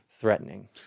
threatening